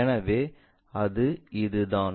எனவே அது இதுதான்